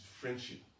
friendship